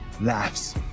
laughs